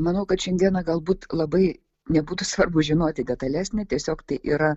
manau kad šiandieną galbūt labai nebūtų svarbu žinoti detalesnę tiesiog tai yra